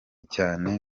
cyane